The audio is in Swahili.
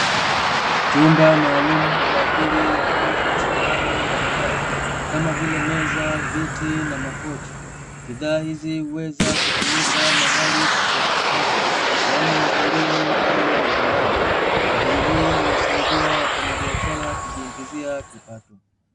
Chumba maalumu kwa ajili ya kuuza samani mbalimbali, kama vile; meza viti na makochi, bidhaa hizi huweza kutumika mahali tofautitofauti, yaani hotelini au majumbani. Shughuli hii huwasaidia wafanyabiashara kujiingizia kipato.